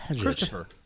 Christopher